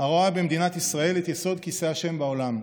הרואה במדינת ישראל את "יסוד כיסא ה' בעולם",